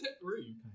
three